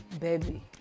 baby